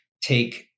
take